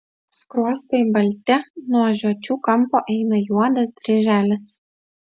skruostai balti nuo žiočių kampo eina juodas dryželis